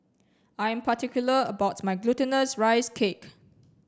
I'm particular about my glutinous rice cake